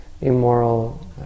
Immoral